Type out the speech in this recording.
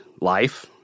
life